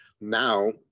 Now